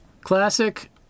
Classic